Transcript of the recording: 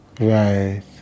Right